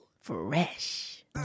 Fresh